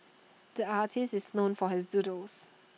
the artist is known for his doodles